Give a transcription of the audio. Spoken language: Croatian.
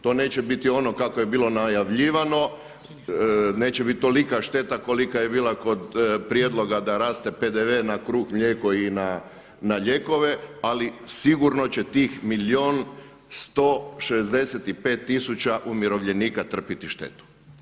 To neće biti ono kako je bilo najavljivano, neće biti tolika šteta kolika je bila kod prijedloga da raste PDV na kruh, mlijeko i na lijekove ali sigurno će tih milijun 165 tisuća umirovljenika trpjeti štetu.